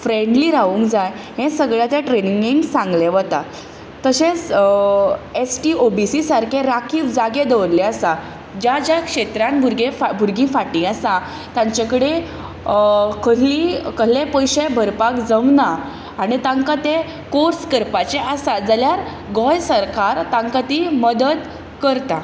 friendly रावूंक जाय हें सगलें त्या ट्रेनींगेक सांगलें वता तशेंच S T O B C सारके राखीव जागे दवरले आसा ज्या ज्या क्षेत्रान भुरगे भुरगीं फाटीं आसा तांचे कडेन कसलीय कसलेय पयशे भरपाक जमना आनी तांकां ते कोर्स करपाचे आसा जाल्यार गोंय सरकार तांकां ती मदत करता